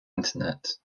internet